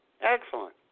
Excellent